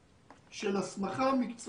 לבין הצהרת נגישות של תקנה 34. הצהרת נגישות